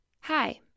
Hi